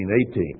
18